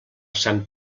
sant